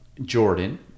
Jordan